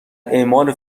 اعمال